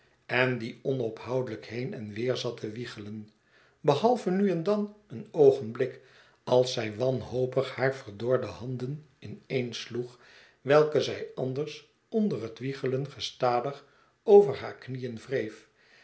en die onophoudelijk heen en weer zat te wiegelen behalve nu en dan een oogenblik als zij wanhopig haar verdordehanden ineen sloeg welke zij anders onder het wiegelen gestadig over haar knieen wreef